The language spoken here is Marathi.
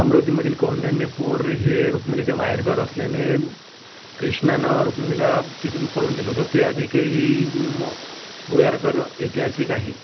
अमरावतीमधील कौंडण्यपूर हे रुक्मिणीचं माहेरघर असल्याने कृष्णानं रुक्मिणीला तिथून पळून नेलं होतं ते आधी काही व्यरगर इतिहासिक आहे